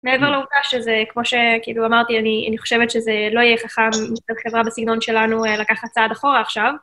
מעבר לעובדה שזה, כמו שאמרתי, אני חושבת שזה לא יהיה חכם בשביל חברה בסגנון שלנו לקחת צעד אחורה עכשיו.